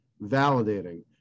validating